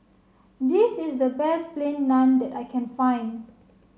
this is the best plain naan that I can find